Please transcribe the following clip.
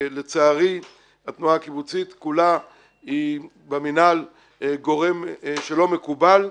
לצערי התנועה הקיבוצית כולה היא במינהל גורם שלא מקובל.